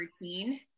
routine